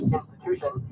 institution